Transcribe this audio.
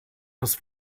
das